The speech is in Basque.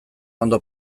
ondo